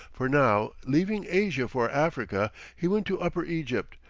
for now, leaving asia for africa, he went to upper egypt,